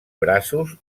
braços